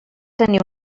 tenir